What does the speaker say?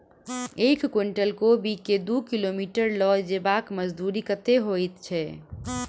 एक कुनटल कोबी केँ दु किलोमीटर लऽ जेबाक मजदूरी कत्ते होइ छै?